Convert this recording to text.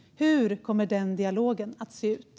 Hur kommer den dialogen att se ut?